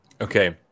Okay